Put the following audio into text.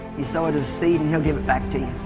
you sew it as seed and he'll give it back to you